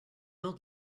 old